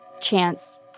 chance